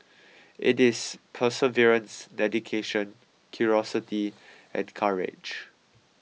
it is perseverance dedication curiosity and courage